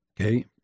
Okay